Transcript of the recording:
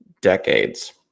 decades